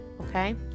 okay